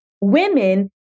women